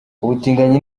ubutinganyi